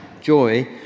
joy